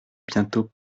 bientôt